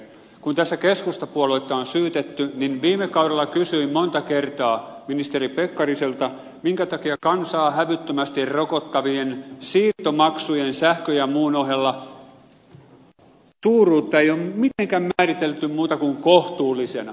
kun tässä keskustapuoluetta on syytetty niin viime kaudella kysyin monta kertaa ministeri pekkariselta minkä takia kansaa hävyttömästi rokottavien siirtomaksujen sähkön ja muun ohella suuruutta ei ole mitenkään määritelty muuten kuin kohtuullisena